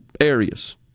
areas